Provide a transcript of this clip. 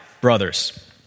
brothers